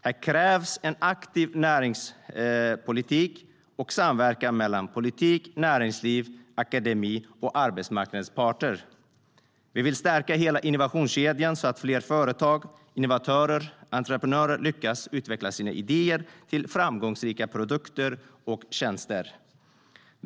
Här krävs en aktiv näringspolitik och samverkan mellan politik, näringsliv, akademi och arbetsmarknadens parter. Vi vill stärka hela innovationskedjan så att fler företag, innovatörer och entreprenörer lyckas utveckla sina idéer till framgångsrika produkter och tjänster.